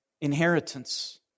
inheritance